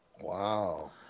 Wow